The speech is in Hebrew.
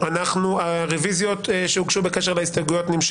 אין נמנעים.